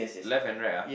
left and right ah